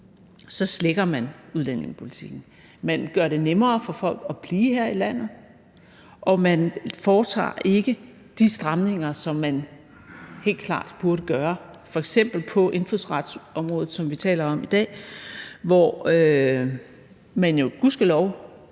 så slækker man på udlændingepolitikken. Man gør det nemmere for folk at blive her i landet, og man foretager ikke de stramninger, som man helt klart burde gøre, f.eks. på indfødsretsområdet, som vi taler om i dag, hvor man jo gudskelov